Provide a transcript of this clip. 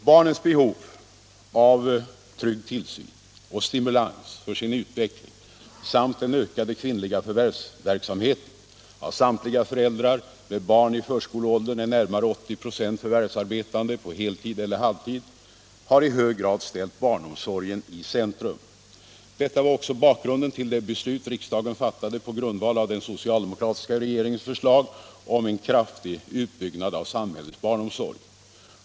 Barnens behov av trygg tillsyn och stimulans för sin utveckling samt den ökade kvinnliga förvärvsverksamheten — av samtliga föräldrar med barn i förskoleåldern är närmare 80 96 förvärvsarbetande på heltid eller halvtid — har i hög grad ställt barnomsorgen i centrum. Detta var också bakgrunden till det beslut riksdagen fattade på grundval av den socialdemokratiska regeringens förslag om en kraftig utbyggnad av samhällets barnomsorg.